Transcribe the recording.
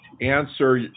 answer